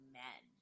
men